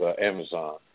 amazon